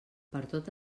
pertot